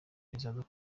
bizaba